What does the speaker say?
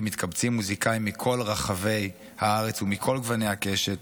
מתקבצים מוזיקאים מכל רחבי הארץ ומכל גוני הקשת,